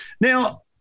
Now